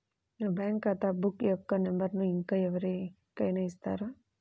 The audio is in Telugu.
నా బ్యాంక్ ఖాతా బుక్ యొక్క నంబరును ఇంకా ఎవరి కైనా ఇస్తారా?